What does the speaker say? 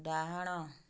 ଡାହାଣ